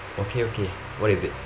okay okay what is it